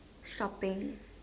shopping